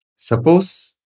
Suppose